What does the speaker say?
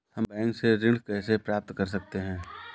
हम बैंक से ऋण कैसे प्राप्त कर सकते हैं?